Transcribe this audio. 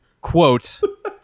quote